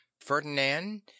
Ferdinand